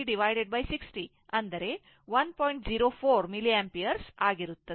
04 milliampere ಆಗಿರುತ್ತದೆ